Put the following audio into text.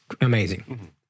amazing